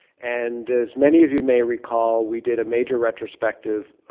and as many of you may recall, we did a major retrospective,